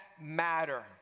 matter